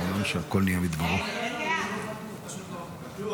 --- אני מתנצל,